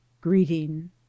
greeting